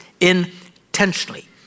intentionally